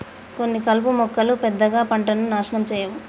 కొన్ని కలుపు మొక్కలు పెద్దగా పంటను నాశనం చేయవు